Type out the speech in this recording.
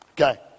Okay